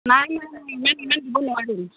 নাই নাই নাই ইমান ইমান দিব নোৱাৰিম